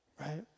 right